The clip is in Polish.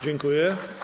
Dziękuję.